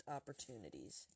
Opportunities